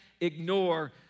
ignore